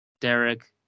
Derek